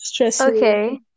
okay